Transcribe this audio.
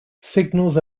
signals